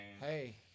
hey